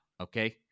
Okay